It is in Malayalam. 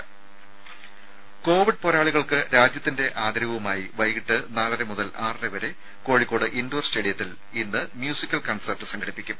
രുമ കോവിഡ് പോരാളികൾക്ക് രാജ്യത്തിന്റെ ആദരവുമായി വൈകിട്ട് നാലര മുതൽ ആറര വരെ കോഴിക്കോട് ഇൻഡോർ സ്റ്റേഡിയത്തിൽ മ്യൂസിക്കൽ കൺസേർട്ട് സംഘടിപ്പിക്കും